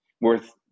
worth